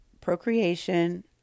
procreation